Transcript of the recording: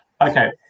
Okay